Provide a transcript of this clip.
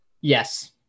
yes